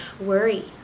worry